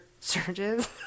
surges